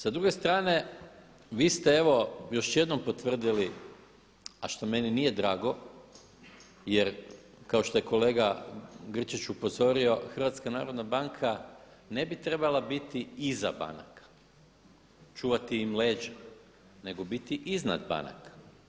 Sa druge strane, vi ste evo još jednom potvrdili, a što meni nije drago jer kao što je kolega Grčić upozorio, HNB ne bi trebala biti iza banaka, čuvati im leđa, nego biti iznad banaka.